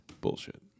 Bullshit